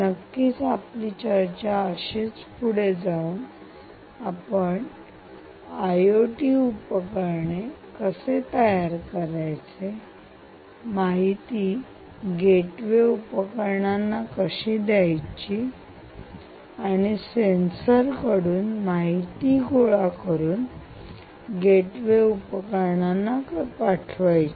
नक्कीच आपली चर्चा अशीच पुढे जाऊन आपण आयटी उपकरणे कसे तयार करायचे माहिती गेटवे उपकरणांना कशी द्यायची आणि सेन्सर कडून माहिती गोळा करून गेटवे उपकरणांना पाठवायचे